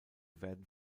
werden